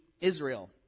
Israel